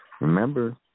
remember